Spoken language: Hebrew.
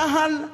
צה"ל,